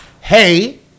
Hey